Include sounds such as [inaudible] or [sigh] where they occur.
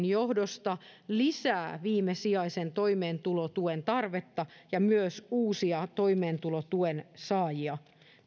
[unintelligible] johdosta lisää viimesijaisen toimeentulotuen tarvetta ja myös uusia toimeentulotuen saajia